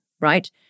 right